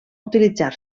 utilitzar